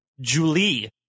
julie